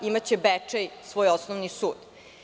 Imaće Bečej svoj osnovni sud.